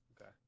Okay